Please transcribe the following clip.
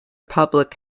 public